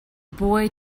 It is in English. boy